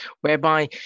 whereby